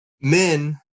men